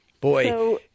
Boy